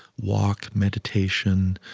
walk, meditation,